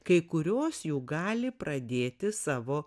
kai kurios jų gali pradėti savo